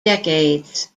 decades